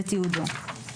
ותיעודו.